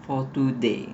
for today